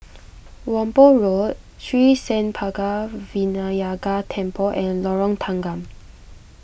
Whampoa Road Sri Senpaga Vinayagar Temple and Lorong Tanggam